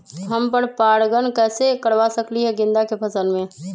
हम पर पारगन कैसे करवा सकली ह गेंदा के फसल में?